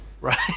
right